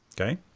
Okay